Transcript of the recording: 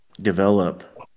develop